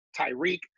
Tyreek